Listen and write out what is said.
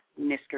Mr